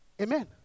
Amen